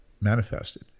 manifested